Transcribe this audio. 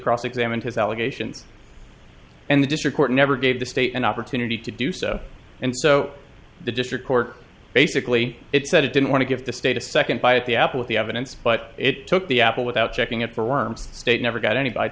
cross examined his allegations and the district court never gave the state an opportunity to do so and so the district court basically it said it didn't want to give the state a second bite at the apple with the evidence but it took the apple without checking it for worms state never got any b